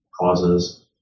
causes